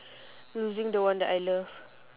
losing the one that I love